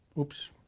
oops,